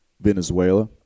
Venezuela